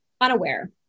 unaware